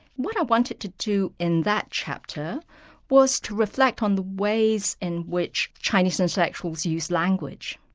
what i wanted to do in that chapter was to reflect on the ways in which chinese intellectuals use language.